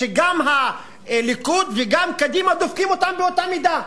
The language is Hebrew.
שגם הליכוד וגם קדימה דופקים אותם באותה מידה.